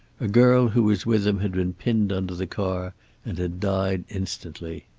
a girl who was with him had been pinned under the car and had died instantly.